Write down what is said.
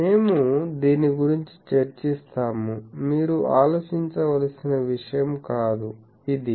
మేము దీని గురించి చర్చిస్తాము మీరు ఆలోచించవలసిన విషయం కాదు ఇది